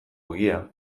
ogia